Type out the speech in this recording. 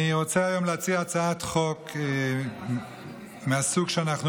אני רוצה היום להציע הצעת חוק מהסוג שבו אנחנו